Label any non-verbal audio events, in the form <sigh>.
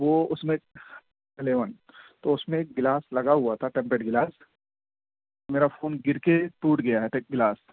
وہ اس میں الیون تو اس میں ایک گلاس لگا ہوا تھا ٹمپرڈ گلاس میرا فون گر کے ٹوٹ گیا ہے <unintelligible> گلاس